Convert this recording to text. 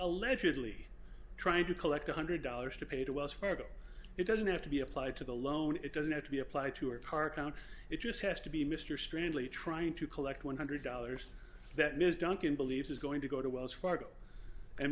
allegedly trying to collect one hundred dollars to pay to wells fargo it doesn't have to be applied to the loan it doesn't have to be applied to or parktown it just has to be mr strangely trying to collect one hundred dollars that ms duncan believes is going to go to wells fargo